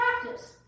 practice